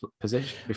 position